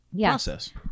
process